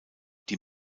die